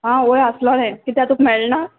आं होय आसलोलें कित्या तुक मेळना